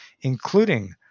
including